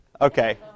Okay